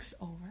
over